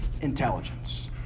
intelligence